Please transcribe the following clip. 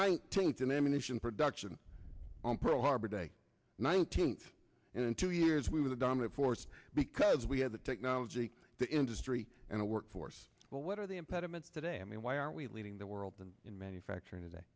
ammunition production on pearl harbor day nineteenth and in two years we were the dominant force because we had the technology the industry and the workforce well what are the impediments today i mean why are we leading the world and in manufacturing today